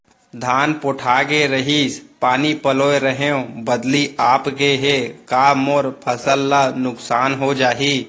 धान पोठागे रहीस, पानी पलोय रहेंव, बदली आप गे हे, का मोर फसल ल नुकसान हो जाही?